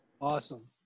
Awesome